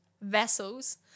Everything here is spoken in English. vessels